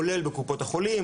כולל בקופות החולים,